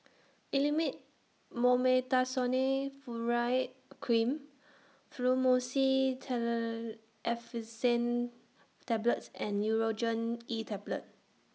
Elomet Mometasone Cream Fluimucil Effervescent Tablets and Nurogen E Tablet